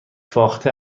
فاخته